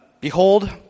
Behold